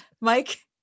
Mike